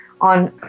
on